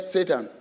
Satan